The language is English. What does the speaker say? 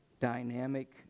Dynamic